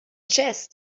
chest